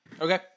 Okay